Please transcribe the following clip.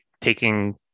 taking